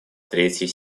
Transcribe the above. третьей